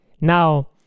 Now